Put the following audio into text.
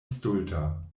stulta